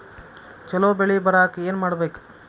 ಛಲೋ ಬೆಳಿ ಬರಾಕ ಏನ್ ಮಾಡ್ಬೇಕ್?